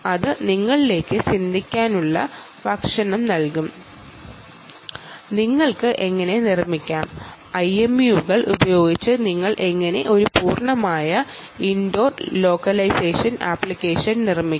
അത് നിങ്ങൾക്ക് ചിന്തിക്കാനുള്ള അവസരം നൽകും നിങ്ങൾക്ക് IMU കൾ ഉപയോഗിച്ച് എങ്ങനെ നിർമ്മിക്കാം നിങ്ങൾ എങ്ങനെ ഒരു പൂർണ്ണമായ ഇൻഡോർ ലോക്കലൈസേഷൻ ആപ്ലിക്കേഷൻ നിർമ്മിക്കും